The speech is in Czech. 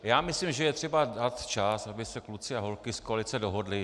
Já myslím, že je třeba dát čas, aby se kluci a holky z koalice dohodli.